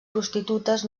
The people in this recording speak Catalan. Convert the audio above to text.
prostitutes